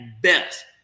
best